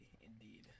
indeed